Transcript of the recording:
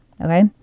Okay